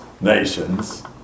nations